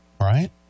right